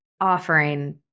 offering